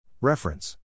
Reference